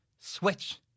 switch